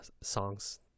songs